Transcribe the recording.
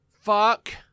Fuck